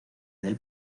del